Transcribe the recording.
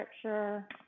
scripture